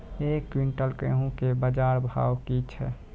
एक क्विंटल गेहूँ के बाजार भाव की छ?